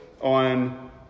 on